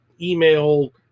email